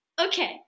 Okay